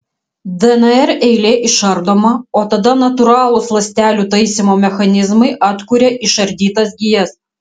dnr eilė išardoma o tada natūralūs ląstelių taisymo mechanizmai atkuria išardytas gijas